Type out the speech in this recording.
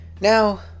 now